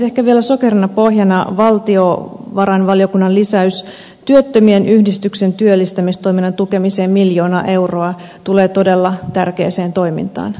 ehkä vielä sokerina pohjalla valtiovarainvaliokunnan lisäys työttömien yhdistysten työllistämistoiminnan tukemiseen miljoona euroa tulee todella tärkeään toimintaan